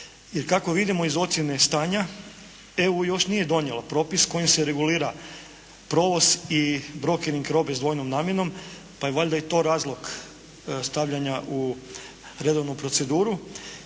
kako vidimo iz ocjene stanja EU još nije donijela propis kojim se regulira provoz i brokering robe s dvojnom namjenom, pa je valjda i to razlog stavljanja u redovnu proceduru